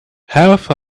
half